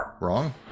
wrong